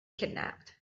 kidnapped